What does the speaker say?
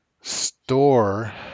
store